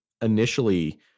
initially